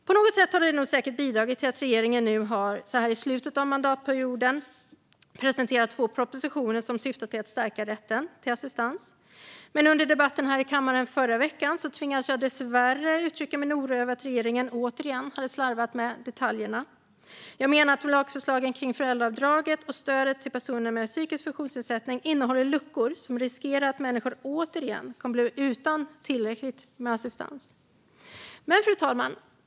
På något sätt har nog detta säkert bidragit till att regeringen nu så här i slutet av mandatperioden har presenterat två propositioner som syftar till att stärka rätten till assistans. Men under debatten här i kammaren förra veckan tvingades jag dessvärre uttrycka min oro över att regeringen återigen har slarvat med detaljerna. Jag menar att lagförslagen kring föräldraavdraget och stödet till personer med psykisk funktionsnedsättning innehåller luckor som riskerar att människor återigen kommer att bli utan tillräckligt med assistans. Fru talman!